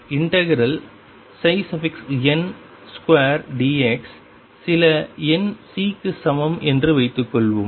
எனவே n2dx சில எண் C க்கு சமம் என்று வைத்துக்கொள்வோம்